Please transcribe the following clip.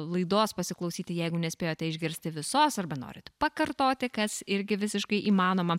laidos pasiklausyti jeigu nespėjote išgirsti visos arba norit pakartoti kas irgi visiškai įmanoma